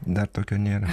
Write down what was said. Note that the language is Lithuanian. dar tokio nėra